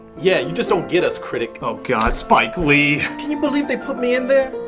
yeah, you just don't get us, critic. oh, god. spike lee. can you believe they put me in there?